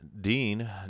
Dean